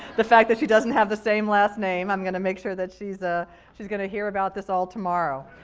the fact that she doesn't have the same last name. i'm going to make sure that she's, ah she's going to hear about this all tomorrow.